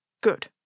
Good